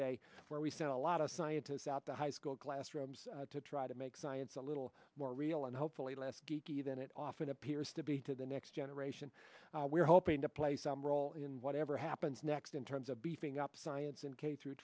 day where we sent a lot of scientists out to high school classrooms to try to make science a little more real and hopefully less geeky than it often appears to be to the next generation we're hoping to play some role in whatever happens next in terms of beefing up science in k through